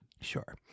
Sure